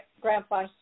grandpa